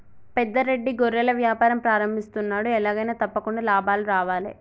పెద్ద రెడ్డి గొర్రెల వ్యాపారం ప్రారంభిస్తున్నాడు, ఎలాగైనా తప్పకుండా లాభాలు రావాలే